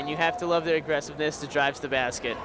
and you have to love the aggressiveness to drive the basket